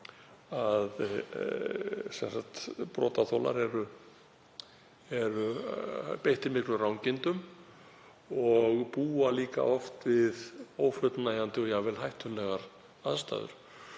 er að brotaþolar eru beittir miklum rangindum og búa líka oft við ófullnægjandi og jafnvel hættulegar aðstæður.